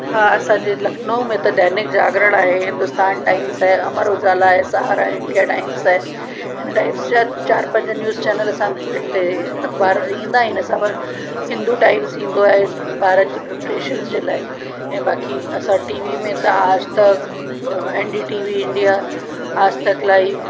हा असांजे लखनऊ में त दैनिक जागरण आहे हिंदुस्तान टाइम्स आहे अमर उजाला आहे सहारा इंडिया टाइम्स आहे इन टाइप्स जा चार पंज न्यूज चेनल असां हिते अखबार ईंदा आहिनि असां वटि हिंदू टाइम्स ईंदो आहे ॿारनि जी प्रपरेशंस जे लाइ ऐं बाक़ी टी वी में त Aaj Tak N D T V India Aaj Tak live